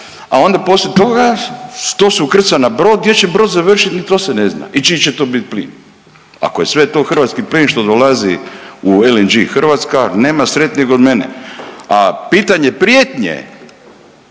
a onda poslije toga to se ukrca na brod, gdje će brod završit ni to se ne zna i čiji će to bit plin. Ako je sve to hrvatski plin što dolazi u LNG Hrvatska nema sretnijeg od mene, a pitanje prijetnje